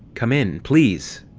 come in, please!